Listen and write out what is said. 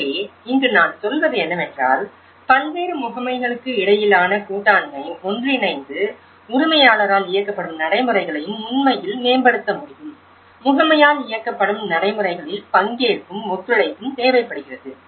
எனவே இங்கு நான் சொல்வது என்னவென்றால் பல்வேறு முகமைகளுக்கிடையிலான கூட்டாண்மை ஒன்றிணைந்து உரிமையாளரால் இயக்கப்படும் நடைமுறைகளையும் உண்மையில் மேம்படுத்த முடியும் முகமையால் இயக்கப்படும் நடைமுறைகளில் பங்கேற்பும் ஒத்துழைப்பும் தேவைப்படுகிறது